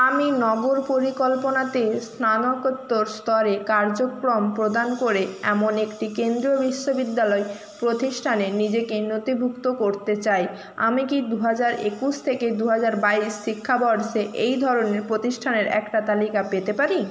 আমি নগর পরিকল্পনাতে স্নাতকোত্তর স্তরে কার্যক্রম প্রদান করে এমন একটি কেন্দ্রীয় বিশ্ববিদ্যালয় প্রতিষ্ঠানে নিজেকে নথিভুক্ত করতে চাই আমি কি দু হাজার একুশ থেকে দু হাজার বাইশ শিক্ষাবর্ষে এই ধরনের প্রতিষ্ঠানের একটা তালিকা পেতে পারি